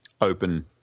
Open